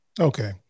Okay